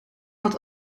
had